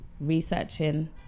researching